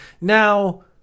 now